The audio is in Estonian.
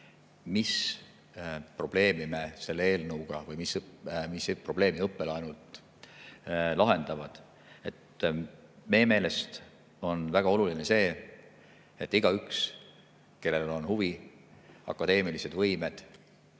kohaselt [saab lahendada], mis probleemi õppelaenud lahendavad. Meie meelest on väga oluline see, et igaüks, kellel on huvi, akadeemilised võimed